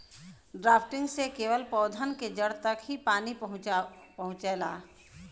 drafting से केवल पौधन के जड़ तक ही पानी पहुँच पावेला